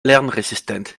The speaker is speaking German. lernresistent